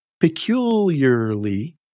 peculiarly